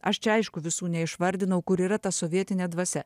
aš čia aišku visų neišvardinau kur yra ta sovietinė dvasia